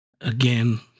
again